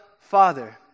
Father